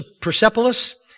Persepolis